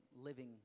living